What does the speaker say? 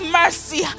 mercy